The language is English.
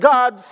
God